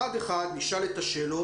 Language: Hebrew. להבין.